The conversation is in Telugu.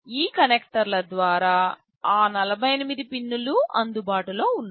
ఈ కనెక్టర్ల ద్వారా ఆ 48 పిన్లు అందుబాటులో ఉన్నాయి